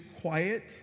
quiet